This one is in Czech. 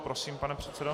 Prosím, pane předsedo.